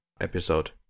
episode